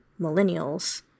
millennials